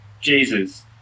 Jesus